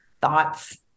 thoughts